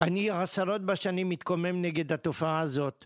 אני עשרות בשנים מתקומם נגד התופעה הזאת.